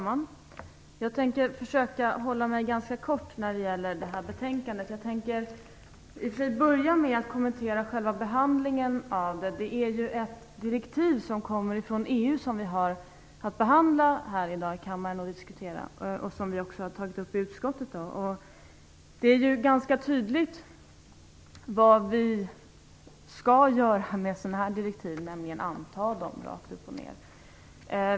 Fru talman! Jag skall försöka hålla mig ganska kort när det gäller detta betänkande. Jag tänker börja med att kommentera behandlingen av det. Vi har här i dag att behandla ett direktiv som kommit från EU och som också har tagits upp i utskottet. Det är ganska tydligt vad vi skall göra med sådana här direktiv, nämligen anta dem rätt upp och ned.